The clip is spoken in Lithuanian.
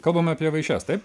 kalbame apie vaišes taip